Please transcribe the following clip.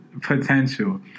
potential